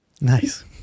Nice